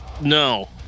No